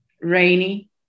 Rainy